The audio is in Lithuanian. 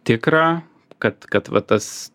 tikra kad kad va tas